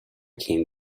came